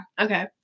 Okay